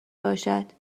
باشد